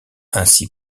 ainsi